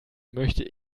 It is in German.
möchte